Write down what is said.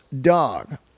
Dog